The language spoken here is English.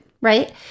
right